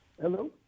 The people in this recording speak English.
Hello